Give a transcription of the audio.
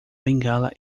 bengala